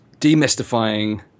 demystifying